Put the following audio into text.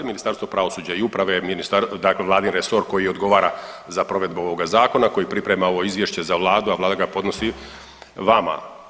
Ministarstvo pravosuđa i uprave je vladin resor koji odgovara za provedbu ovoga zakona, koji priprema ovo izvješće za vladu, a vlada ga podnosi vama.